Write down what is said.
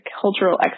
cultural